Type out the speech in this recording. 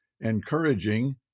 encouraging